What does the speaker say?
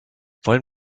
wollen